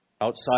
outside